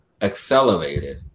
accelerated